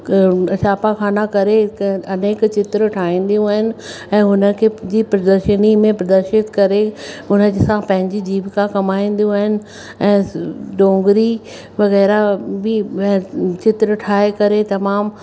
छापाखाना करे हिक अनेक चित्र ठाहींदियूं आहिनि ऐं हुन खे जीअं प्रदर्शनी में प्रदर्षित करे हुननि सां पंहिंजी जीविका कमाईंदियूं आहिनि ऐं डोगरी वग़ैरह बि चित्र ठाहे करे तमामु